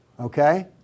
Okay